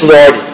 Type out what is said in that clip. Lord